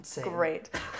great